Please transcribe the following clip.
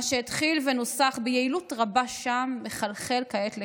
מה שהתחיל ונוסח ביעילות רבה שם מחלחל כעת לכאן.